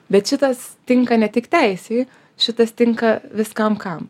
bet šitas tinka ne tik teisei šitas tinka viskam kam